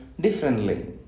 differently